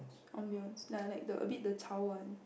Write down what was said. ambience ya like the a bit the 吵: chao